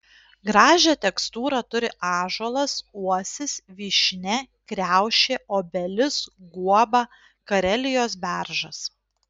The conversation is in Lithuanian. gražią tekstūrą turi ąžuolas uosis vyšnia kriaušė obelis guoba karelijos beržas